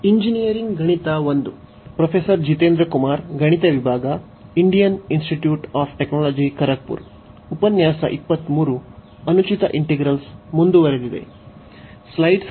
engineering ಗಣಿತ 1 ರ ಉಪನ್ಯಾಸಗಳಿಗೆ ಸ್ವಾಗತ